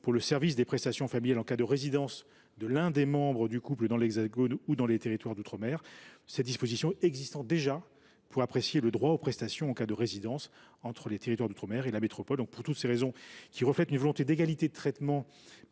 pour le service des prestations familiales en cas de résidence de l’un des membres du couple dans l’Hexagone ou dans les territoires d’outre mer. Cela existe déjà pour apprécier le droit aux prestations en cas de résidence entre les territoires d’outre mer et la métropole. Tous ces éléments reflètent une volonté d’égalité de traitement